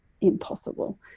Impossible